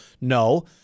no